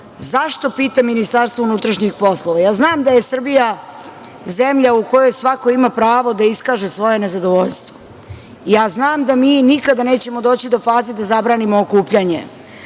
Zašto, pitam Ministarstvo unutrašnjih poslova? Znam da je Srbija zemlja u kojoj svako ima pravo da iskaže svoje nezadovoljstvo. Znam da mi nikada nećemo doći do faze da zabranimo okupljanje,